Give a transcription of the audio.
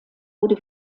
wurde